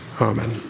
Amen